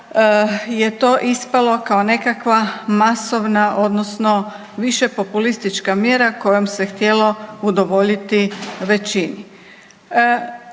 je to ispalo kao nekakva masovna odnosno više populistička mjera kojom se htjelo udovoljiti većini.